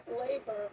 labor